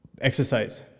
exercise